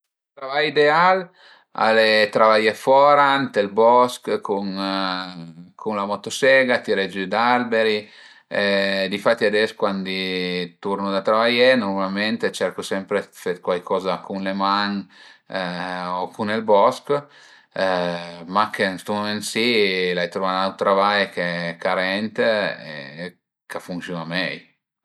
Me travai ideal al e travaié fora ënt ël bosch cun la motosega, tiré giü d'alberi, difatti ades cuandi turno da travaié nurmalment cercu sempre fe cuaicoza cun le man o cun ël bosch mach che ën stu mument si l'ai truvà ün aut travai ch'a rend e ch'a funsiun-a mei